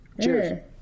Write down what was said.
cheers